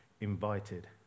invited